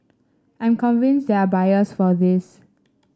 I'm convinced there are buyers for this